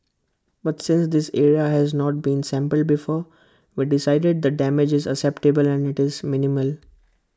but since this area has not been sampled before we decided the damage is acceptable and IT is minimal